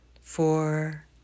four